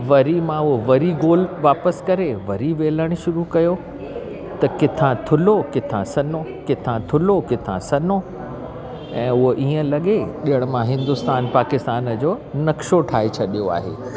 वरी मां हूअ वरी गोल वापिसि करे वरी वेलण शुरू कयो त किथा थुलो किथा सनो किथा थुलो किथा सनो ऐं हूअ ईअं लॻे अगरि मां हिंदुस्तान पाकिस्तान जो नक्शो ठाहे छॾियो आहे